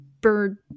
bird